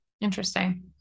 Interesting